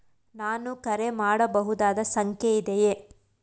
ನಾನು ಕರೆ ಮಾಡಬಹುದಾದ ಸಂಖ್ಯೆ ಇದೆಯೇ?